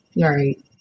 Right